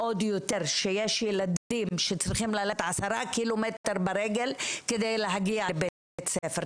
עוד יותר שיש ילדים שצריכים ללכת עשרה קילומטר ברגל כדי להגיע לבית ספר,